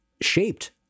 shaped